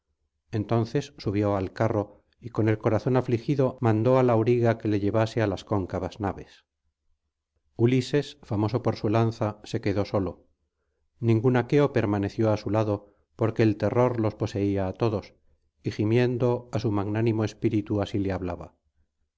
entonces subió al carro y con el corazón afligido mandó al auriga que le llevase á las cóncavas naves ulises famoso por su lanza se quedó solo ningún aqueo permaneció á su lado porque el terrorlosposeíaá todos y gimiendo á su magnánimo espíritu así le hablaba